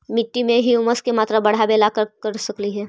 मिट्टी में ह्यूमस के मात्रा बढ़ावे ला का कर सकली हे?